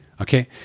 Okay